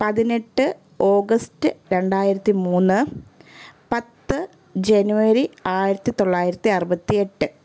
പതിനെട്ട് ഓഗസ്റ്റ് രണ്ടായിരത്തി മൂന്ന് പത്ത് ജനുവരി ആയിരത്തി തൊള്ളായിരത്തി അറുപത്തി എട്ട്